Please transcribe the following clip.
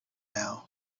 now